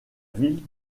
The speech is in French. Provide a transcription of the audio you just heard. ville